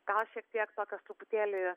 gal šiek tiek tokios truputėlį